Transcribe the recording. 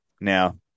Now